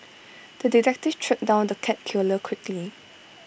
the detective tracked down the cat killer quickly